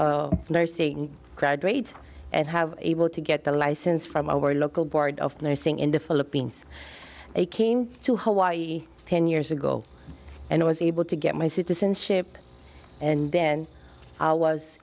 degree nursing graduate and have able to get the license from our local board of nursing in the philippines they came to hawaii ten years ago and i was able to get my citizenship and then i was